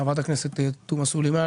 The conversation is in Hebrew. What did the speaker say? חברת הכנסת תומא סלימאן,